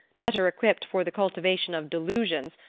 better equipped for the cultivation of delusions,